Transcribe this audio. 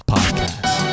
Podcast